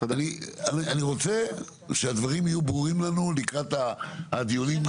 אני רוצה שהדברים יהיו ברורים לנו לקראת הדיונים,